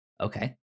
Okay